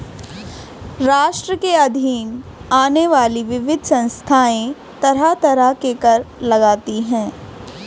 राष्ट्र के अधीन आने वाली विविध संस्थाएँ तरह तरह के कर लगातीं हैं